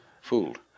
Fooled